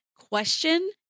question